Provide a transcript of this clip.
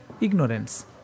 ignorance